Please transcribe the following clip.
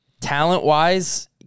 Talent-wise